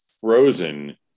frozen